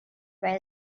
where